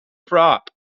prop